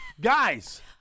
Guys